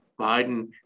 Biden